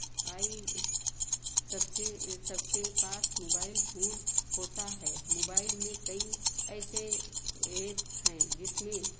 आय सबसे सबके पास मोबाइल फोन होता है मोबाइल में कई ऐसे एप हैं जिसमें